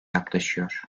yaklaşıyor